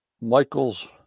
Michael's